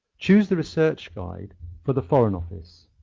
choose the research guide for the foreign office